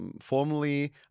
formally